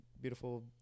beautiful